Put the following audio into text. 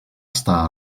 estar